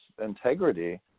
integrity